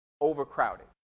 overcrowded